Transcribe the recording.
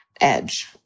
edge